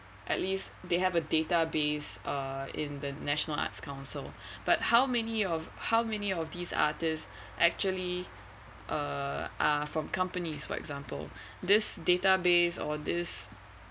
at least they have a database uh in the national arts council but how many of how many of these artist actually err are from companies for example this database or this